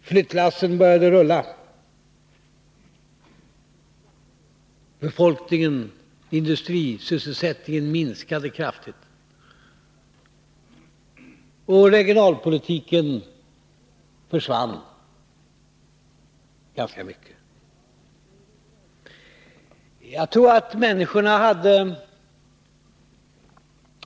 Flyttlassen började rulla. Befolkningen och industrisysselsättningen minskade kraftigt, och regionalpolitiken försvann i ganska stor utsträckning. Jag tror att människorna hade